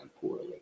poorly